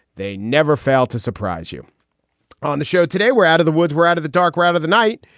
they never fail to surprise you on the show today. we're out of the woods. we're out of the dark, rather, the night,